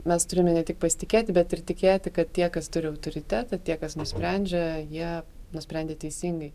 mes turime ne tik pasitikėti bet ir tikėti kad tie kas turi autoritetą tie kas nusprendžia jie nusprendė teisingai